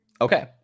Okay